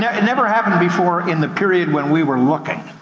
yeah it never happened before in the period when we were looking.